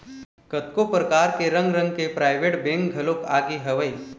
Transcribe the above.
कतको परकार के रंग रंग के पराइवेंट बेंक घलोक आगे हवय